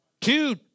Two